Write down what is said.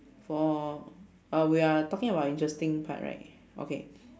for uh we are talking about interesting part right okay